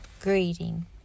greeting